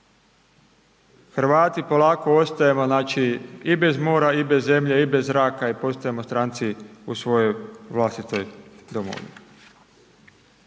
Hrvati polako ostajemo znači i bez mora i bez zemlje i bez zraka i postajemo stranci u svojoj vlastitoj domovini.